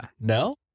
No